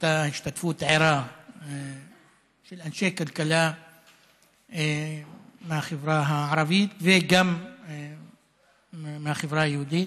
הייתה השתתפות ערה של אנשי כלכלה מהחברה הערבית וגם מהחברה היהודית.